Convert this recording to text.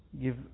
give